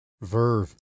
verve